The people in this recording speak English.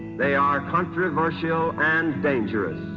they are controversial and dangerous.